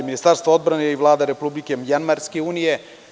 Ministarstvo odbrane i Vlada Republike Mjanmarske Unije.